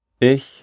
Ich